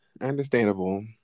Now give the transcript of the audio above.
Understandable